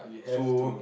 so